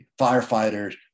firefighters